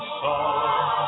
song